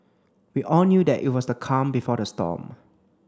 we all knew that it was the calm before the storm